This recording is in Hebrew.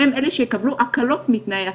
הם אלה שיקבלו הקלות בתנאי הסף.